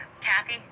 Kathy